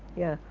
yeah.